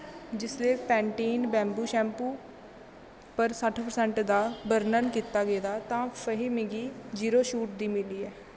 जिसलै Pantene bamboo shampoo पर सट्ठ परसेंट दा बर्णन कीता गेदा तां फ्ही मिगी जीरो छूट कीऽ मिली ऐ